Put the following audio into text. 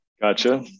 Gotcha